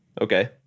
okay